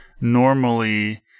normally